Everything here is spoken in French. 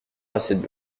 l’assiette